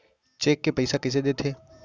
Cheque से पइसा कइसे देथे?